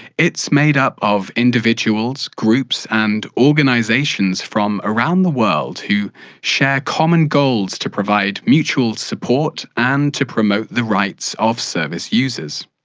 it's made up of individuals, groups and organisations from around the world who share common goals to provide mutual support and to promote the rights of services users.